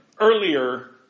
Earlier